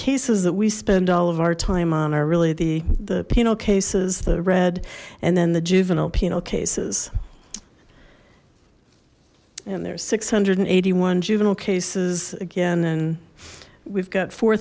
cases that we spend all of our time on are really the penal cases the red and then the juvie penal cases and there's six hundred and eighty one juvenile cases again and we've got four